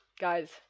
guys